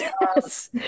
Yes